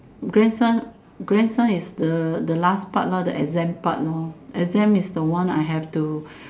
grandson grandson is the the last part lor the exam part lor exam is the one I have to